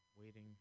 Waiting